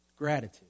gratitude